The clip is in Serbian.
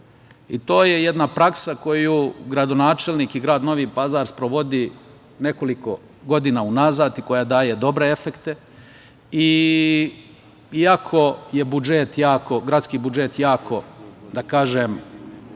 To je jedna praksa koju gradonačelnik i grad Novi Pazar sprovodi nekoliko godina unazad i koja daje dobre efekte, iako je gradski budžet jako, da kažem,